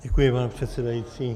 Děkuji, pane předsedající.